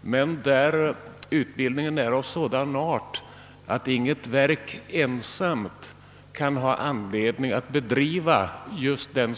men där utbildningen är av sådan art att inget verk ensamt kan ha anledning att bedriva den.